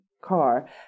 car